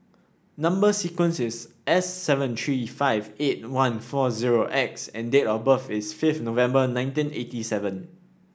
number sequence is S seven three five eight one four zero X and date of birth is fifth November nineteen eighty seven